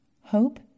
Hope